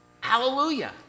Hallelujah